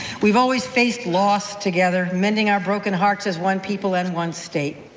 we have always faced loss together, mending our broken hearts as one people and one state.